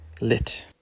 lit